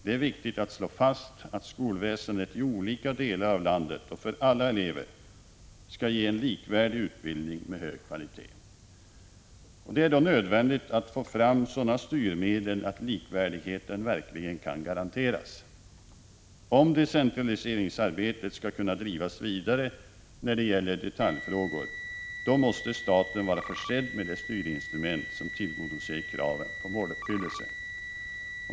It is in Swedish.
Det är viktigt att slå fast att skolväsendet i olika delar av landet och för alla elever skall ge en likvärdig utbildning med hög kvalitet. Det är då nödvändigt att få fram sådana styrmedel att likvärdigheten verkligen kan garanteras. Om decentraliseringsarbetet skall kunna drivas vidare i detaljfrågorna måste staten vara försedd med de styrinstrument som tillgodoser kraven på måluppfyllelse.